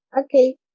Okay